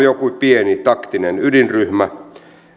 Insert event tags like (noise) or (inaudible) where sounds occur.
(unintelligible) joku pieni taktinen ydinryhmä